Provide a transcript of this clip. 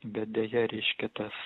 bet deja reiškia tas